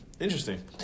Interesting